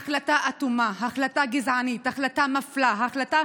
החלטה אטומה, החלטה גזענית, החלטה מפלה, החלטה